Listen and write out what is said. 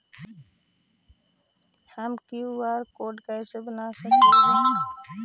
हम QR code कैसे बना सकली ही?